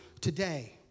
today